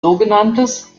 sogenanntes